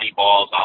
balls